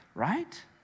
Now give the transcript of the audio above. right